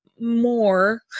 more